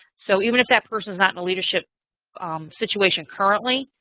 so even if that person's not in a leadership situation currently,